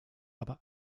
aber